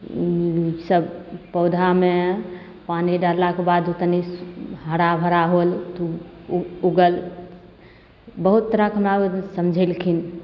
सब पौधामे पानी डाललाके बाद ओ तनि हरा भरा होल तऽ उ उ उगल बहुत तरहके हमरा समझेलखिन